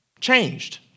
changed